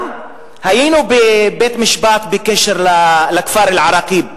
גם היינו בבית-משפט בקשר לכפר אל-עראקיב,